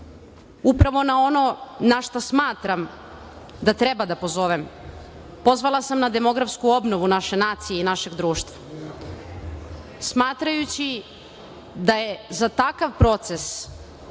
upravo na ono na šta smatram da treba da pozovem, pozvala sam na demografsku obnovu naše nacije i našeg društva smatrajući da je za takav proces